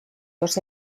los